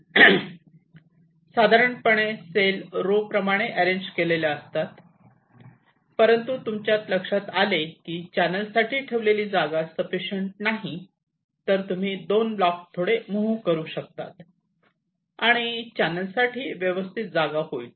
साधारण पणे cell row प्रमाणे अरेंज केलेल्या असतात परंतु तुमच्या लक्षात आले की चॅनेलसाठी ठेवलेली जागा शफीशीयंट नाही तर तुम्ही 2 ब्लॉक थोडे मुव्ह करू शकतात आणि चॅनेल साठी व्यवस्थित जागा होईल